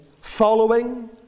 following